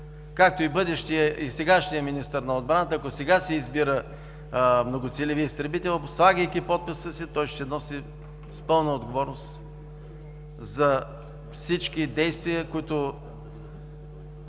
Както и сегашният министър на отбраната, ако сега се избира многоцелеви изтребител, слагайки подписа си, той ще носи пълна отговорност за всички действия и